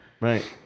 right